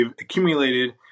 accumulated